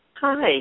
Hi